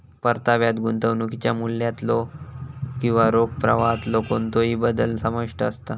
परताव्यात गुंतवणुकीच्या मूल्यातलो किंवा रोख प्रवाहातलो कोणतोही बदल समाविष्ट असता